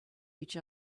each